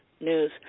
News